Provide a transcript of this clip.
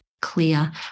clear